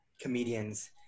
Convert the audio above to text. comedians